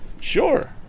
Sure